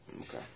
Okay